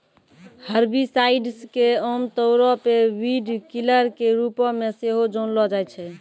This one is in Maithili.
हर्बिसाइड्स के आमतौरो पे वीडकिलर के रुपो मे सेहो जानलो जाय छै